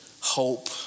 hope